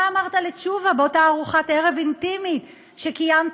מה אמרת לתשובה באותה ארוחת ערב אינטימית שקיימת